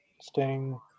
Sting